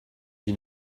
you